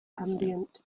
ambient